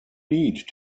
need